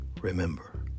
Remember